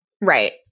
Right